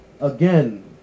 again